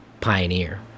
pioneer